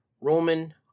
Roman